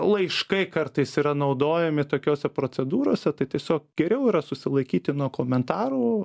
laiškai kartais yra naudojami tokiose procedūrose tai tiesiog geriau yra susilaikyti nuo komentarų